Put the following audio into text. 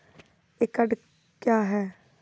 एकड कया हैं?